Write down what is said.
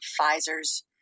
Pfizer's